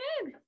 good